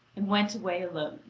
and went away alone.